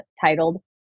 titled